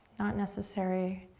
not necessary.